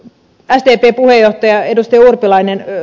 pääseekö puheenjohtaja edusti urpilainen ja